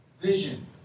vision